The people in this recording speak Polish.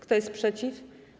Kto jest przeciw?